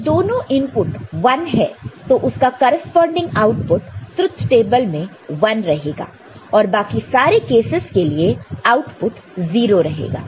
जब दोनों इनपुट 1 है तो उसका करेस्पॉन्डिंग आउटपुट ट्रुथ टेबल में 1 रहेगा और बाकी सारे केसस के लिए आउटपुट 0 रहेगा